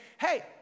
hey